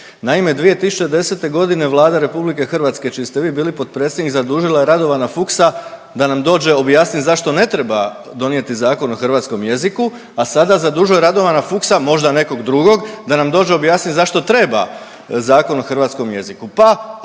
Naime, 2010. godine Vlada RH čiji ste vi bili potpredsjednik zadužila je Radovana Fuchsa da nam dođe objasniti zašto ne treba donijeti Zakon o hrvatskom jeziku, a sada zadužuje Radovana Fuchsa, možda nekog drugog, da nam dođe objasnit zašto treba Zakon o hrvatskom jeziku.